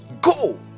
Go